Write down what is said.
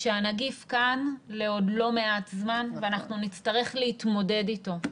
הנגיף כאן לעוד לא מעט זמן ואנחנו נצטרך להתמודד אתו.